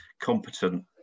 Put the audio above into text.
competent